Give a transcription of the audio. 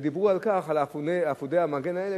ודיברו על אפודי המגן האלה,